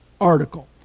article